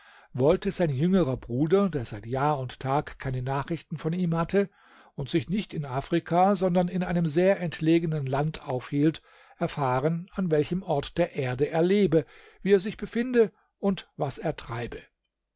wollte sein jüngerer bruder der seit jahr und tag keine nachrichten von ihm hatte und sich nicht in afrika sondern in einem sehr entlegenen land aufhielt erfahren an welchem ort der erde er lebe wie er sich befinde und was er treibe